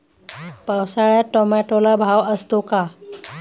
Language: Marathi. पावसाळ्यात टोमॅटोला भाव असतो का?